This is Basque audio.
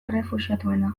errefuxiatuena